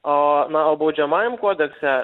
o na o baudžiamajam kodekse